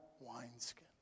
wineskin